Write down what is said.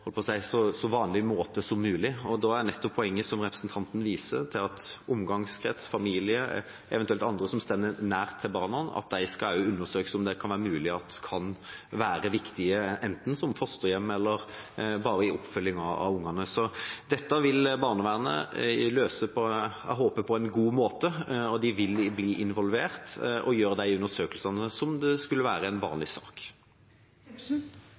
barnevernet på en så vanlig måte som mulig. Da er nettopp poenget, som representanten viser til, at det også skal undersøkes om omgangskrets, familie og eventuelt andre som står nær barna, kan være viktige, enten som fosterhjem eller bare i oppfølging av ungene. Dette vil barnevernet løse på en, håper jeg, god måte, og de vil bli involvert og gjøre de undersøkelsene som om det skulle være en vanlig sak.